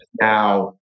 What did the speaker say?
now